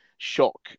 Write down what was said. shock